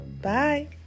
Bye